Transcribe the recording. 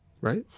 Right